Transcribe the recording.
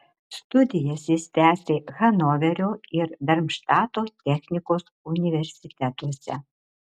studijas jis tęsė hanoverio ir darmštato technikos universitetuose